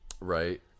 Right